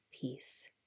peace